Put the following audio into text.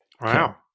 Wow